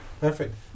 Perfect